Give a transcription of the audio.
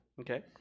Okay